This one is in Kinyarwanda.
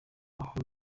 aho